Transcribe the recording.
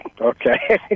okay